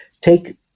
take